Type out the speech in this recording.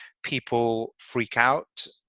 people freak out.